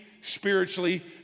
spiritually